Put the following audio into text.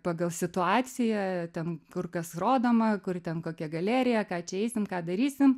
pagal situaciją ten kur kas rodoma kur ten kokia galerija ką čia eisim ką darysim